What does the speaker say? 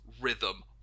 rhythm